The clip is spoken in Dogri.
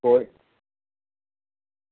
कोई